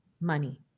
money